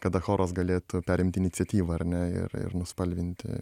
kada choras galėtų perimti iniciatyvą ar ne ir ir nuspalvinti